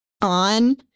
on